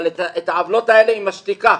אבל את העוולות האלה היא משתיקה.